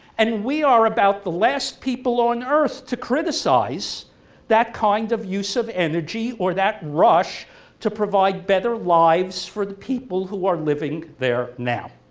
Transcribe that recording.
and we are about the last people on earth to criticize that kind of use of energy or that rush to provide better lives for the people who are living there now.